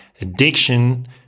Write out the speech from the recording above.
addiction